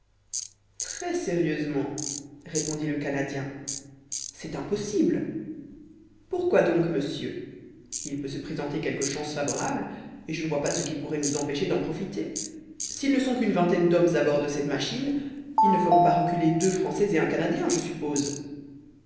très sérieusement répondit le canadien c'est impossible pourquoi donc monsieur il peut se présenter quelque chance favorable et je ne vois pas ce qui pourrait nous empêcher d'en profiter s'ils ne sont qu'une vingtaine d'hommes à bord de cette machine ils ne feront pas reculer deux français et un canadien je suppose